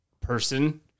person